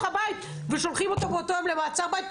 הבית ושולחים אותם באותו יום למעצר בית,